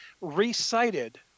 recited